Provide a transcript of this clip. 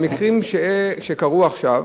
המקרים שקרו עכשיו